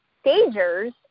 stagers